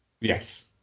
Yes